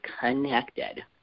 connected